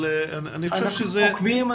אבל אני חושב שזה --- אנחנו עוקבים,